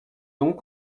donc